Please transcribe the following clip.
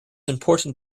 important